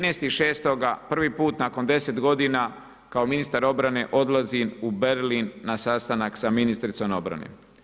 13.6. prvi put nakon deset godina kao ministar obrane odlazim u Berlin na sastanak sa ministricom obrane.